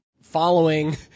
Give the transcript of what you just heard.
following